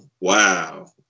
wow